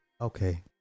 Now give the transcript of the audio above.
Okay